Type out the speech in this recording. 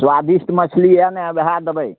स्वादिष्ट मछली यऽ ने ओहए देबै